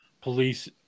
police